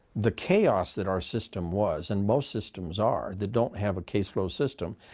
the chaos that our system was, and most systems are that don't have a caseflow system,